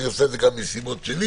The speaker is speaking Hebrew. אני עושה את זה גם מסיבות שלי,